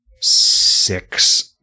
six